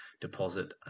deposit